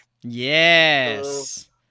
Yes